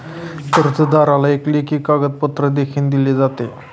कर्जदाराला एक लेखी कागदपत्र देखील दिले जाते